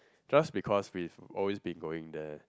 just because we've always been going there